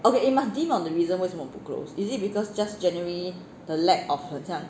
okay you must deem on the reason 为什么不 close is it because just generally the lack of 很像